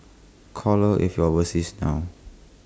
call her if you are overseas now